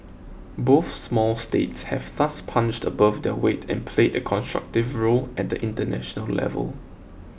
both small states have thus punched above their weight and played a constructive role at the international level